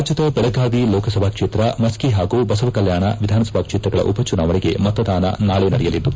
ರಾಜ್ಯದ ಬೆಳಗಾವಿ ಲೋಕಸಭಾ ಕ್ಷೇತ್ರ ಮಸ್ಕಿ ಹಾಗೂ ಬಸವಕಲ್ಯಾಣ ವಿಧಾನಸಭಾ ಕ್ಷೇತ್ರಗಳ ಉಪಚುನಾವಣೆಗೆ ಮತದಾನ ನಾಳೆ ನಡೆಯಲಿದ್ದು